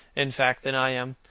in fact, than i am.